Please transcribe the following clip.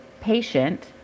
patient